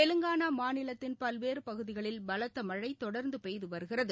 தெலங்கானா மாநிலத்தின் பல்வேறு பகுதிகளில் பலத்த மழை தொடர்ந்து பெய்து வருகிறது